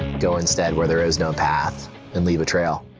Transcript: go instead where there is no path and leave a trail.